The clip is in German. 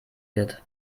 wird